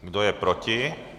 Kdo je proti?